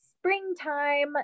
springtime